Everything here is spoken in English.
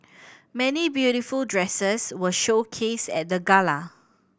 many beautiful dresses were showcased at the gala